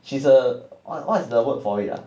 she's a what what's the word for it ah